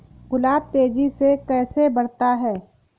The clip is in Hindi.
गुलाब तेजी से कैसे बढ़ता है?